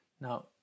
Now